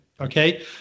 okay